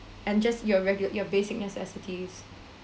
and just your regul~ your basic necessities